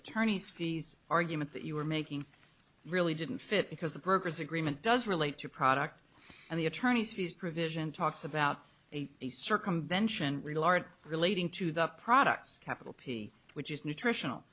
attorneys fees argument that you were making really didn't fit because the progress agreement does relate to product and the attorney's fees provision talks about a circumvention real art relating to the products capital p which is nutritional